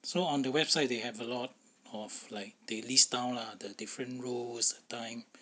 so on the website they have a lot of like daily style lah the different roles that type